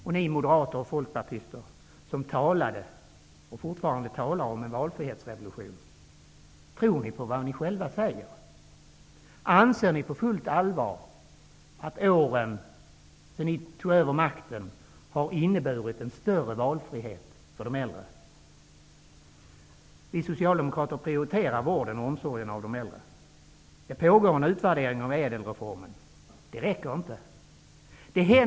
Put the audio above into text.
Tror ni moderater och folkpartister som talade och fortfarande talar om en valfrihetsrevolution på vad ni själva säger? Anser ni på fullt allvar att de år som gått sedan ni tog över makten har inneburit en större valfrihet för de äldre? Vi socialdemokrater prioriterar vården av och omsorgen om de äldre. Det pågår en utvärdering av ÄDEL-reformen, men det räcker inte.